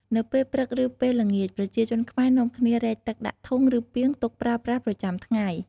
នៅពេលព្រឹក ឬ ពេលល្ងាច ប្រជាជនខ្មែរនំាគ្នារែកទឹកដាក់ធុង ឬ ពាងទុកប្រើប្រាស់ប្រចាំថ្ងៃ។